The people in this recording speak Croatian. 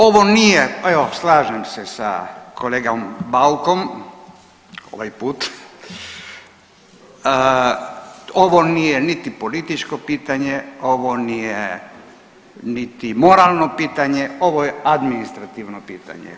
Ovo nije, evo slažem se sa kolegom Baukom ovaj put, ovo nije niti političko pitanje, ovo nije niti moralno pitanje, ovo je administrativno pitanje.